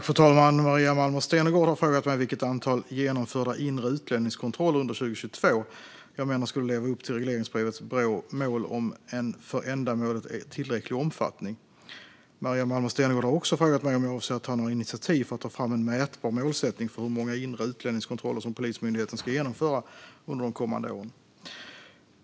Fru talman! har frågat mig vilket antal genomförda inre utlänningskontroller under 2022 jag menar skulle leva upp till regleringsbrevets mål om "en för ändamålet tillräcklig omfattning". har också frågat mig om jag avser att ta några initiativ för att ta fram en mätbar målsättning för hur många inre utlänningskontroller som Polismyndigheten ska genomföra under de kommande åren.